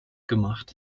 gemacht